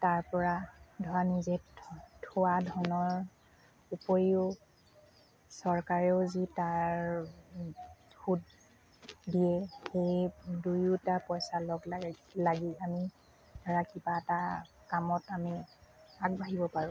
তাৰ পৰা ধৰা নিজে থোৱা থোৱা ধনৰ উপৰিও চৰকাৰেও যি তাৰ সুত দিয়ে সেই দুয়োটা পইচা লগ লাগ লাগি আমি ধৰা কিবা এটা কামত আমি আগবাঢ়িব পাৰোঁ